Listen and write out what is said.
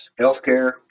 healthcare